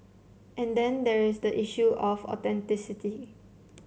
and then there is the issue of authenticity